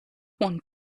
want